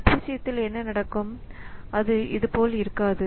thread விஷயத்தில் என்ன நடக்கும் அது இது போல் இருக்காது